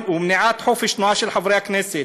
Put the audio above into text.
מניעת חופש תנועה של חברי הכנסת,